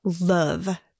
love